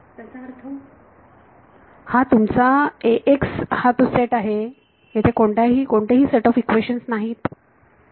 विद्यार्थी त्याचा अर्थ हा तुमचा Ax हा तो सेट आहे येथे कोणतेही सेट ऑफ इक्वेशन्स नाहीत